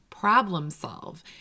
problem-solve